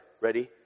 Ready